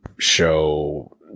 show